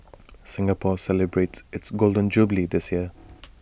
Singapore celebrates its Golden Jubilee this year